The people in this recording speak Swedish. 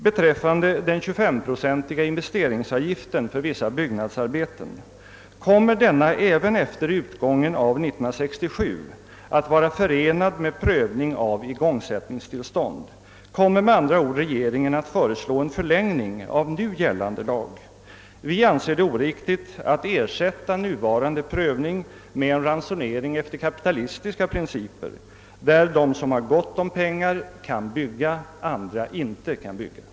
Den andra frågan gäller den 25-procentiga investeringsavgiften för vissa byggnadsarbeten: Kommer denna även efter utgången av år 1967 att vara förenad med prövning av igångsättningstillstånd? Kommer med andra ord regeringen att föreslå en förlängning av nu gällande lag? Vi anser det oriktigt att ersätta nuvarande prövning med en ransonering enligt kapitalistiska principer, varvid de som har gott om pengar kan bygga, medan andra inte kan det.